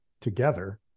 together